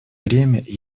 время